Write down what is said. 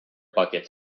buckets